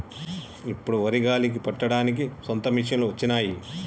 ఇప్పుడు వరి గాలికి పట్టడానికి సొంత మిషనులు వచ్చినాయి